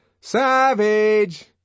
Savage